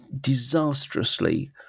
disastrously